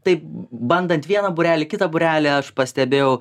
taip bandant vieną būrelį kitą būrelį aš pastebėjau